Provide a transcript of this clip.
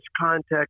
context